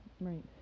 Right